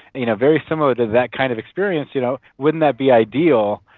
you know very similar to that kind of experience, you know wouldn't that be ideal?